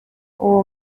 uwo